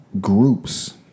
groups